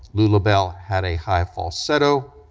lulabelle had a high falsetto,